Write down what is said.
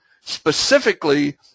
Specifically